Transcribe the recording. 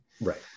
Right